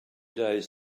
days